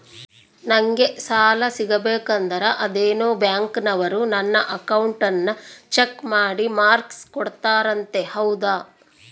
ನಂಗೆ ಸಾಲ ಸಿಗಬೇಕಂದರ ಅದೇನೋ ಬ್ಯಾಂಕನವರು ನನ್ನ ಅಕೌಂಟನ್ನ ಚೆಕ್ ಮಾಡಿ ಮಾರ್ಕ್ಸ್ ಕೊಡ್ತಾರಂತೆ ಹೌದಾ?